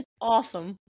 Awesome